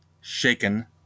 shaken